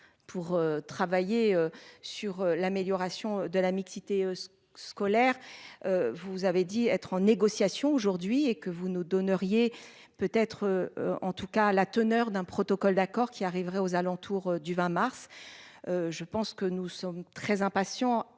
pour travailler sur l'amélioration de la mixité scolaire. Vous avez dit être en négociation aujourd'hui et que vous nous donneriez peut être en tout cas la teneur d'un protocole d'accord qu'il arriverait aux alentours du 20 mars. Je pense que nous sommes très impatients